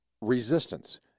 resistance